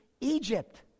Egypt